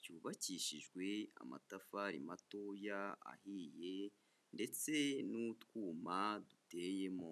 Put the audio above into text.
cyubakishijwe amatafari matoya ahiye ndetse n'utwuma duteyemo.